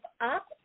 up